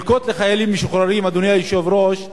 חלקות לחיילים משוחררים, אדוני היושב-ראש,